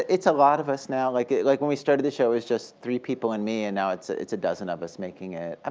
it's a lot of us now. like like when we started the show, it was just three people and me, and now it's it's a dozen of us making it. um